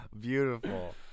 Beautiful